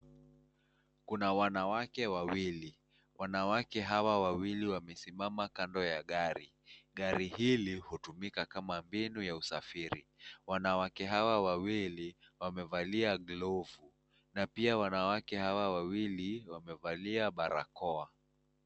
Wanawake wawili, wanawake hawa wawili wamesimama kando ya gari. Gari hili hutumika kama mbinu ya usafiri. Wanawake hawa wawili wamevalia glovu na pia wanawake hawa wawili wamevalia barakoa.